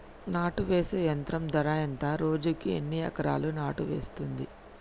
నాటు వేసే యంత్రం ధర ఎంత రోజుకి ఎన్ని ఎకరాలు నాటు వేస్తుంది?